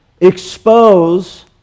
expose